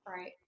Right